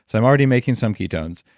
i'm already making some ketones.